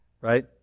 right